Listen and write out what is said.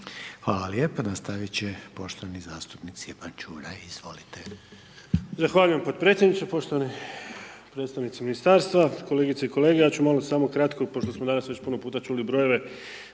Hvala lijepo, nastavit će poštovani zastupnik Stjepan Čuraj, izvolite.